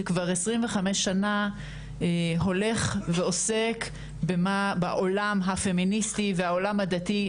שכבר 25 שנה עוסק בעולם הפמיניסטי ובעולם הדתי,